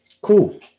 Cool